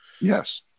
Yes